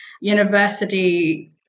university